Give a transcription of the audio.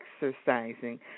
exercising